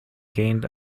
gained